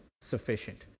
sufficient